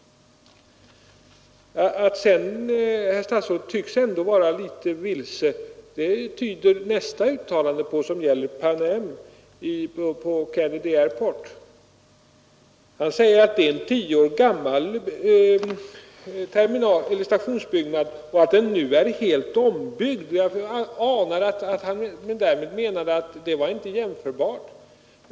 Att statsrådet sedan tycks vara litet vilsen tyder nästan uttalandet på som gäller Pan Americans terminal vid Kennedy Airport. Herr Norling säger att det är en tio år gammal stationsbyggnad och att den nu är helt ombyggd. Jag antar att han därmed menar att det inte var jämförbart.